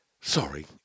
Sorry